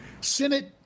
Senate